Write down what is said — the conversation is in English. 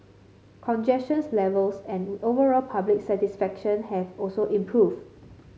congestions levels and overall public satisfaction have also improved